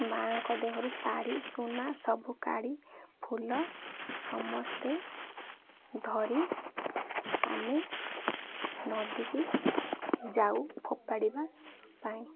ମାଆଙ୍କ ଦେହରୁ ଶାଢ଼ୀ ସୁନା ସବୁ କାଢ଼ି ଫୁଲ ସମସ୍ତେ ଧରି ଆମେ ନଦୀକି ଯାଉ ଫୋପାଡ଼ିବା ପାଇଁ